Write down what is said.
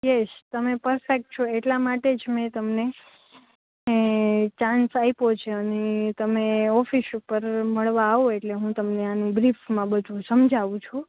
yes તમે perfect છો એટલા માટે જ મેં તમને એ ચાંસ આપ્યો છે અને તમે ઓફિસ ઉપર મળવા આવો એટલે હું તમને આનું બ્રીફમાં બધુ સમજાવું છું